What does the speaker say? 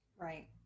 Right